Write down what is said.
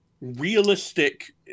realistic